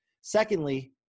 Secondly